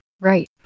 Right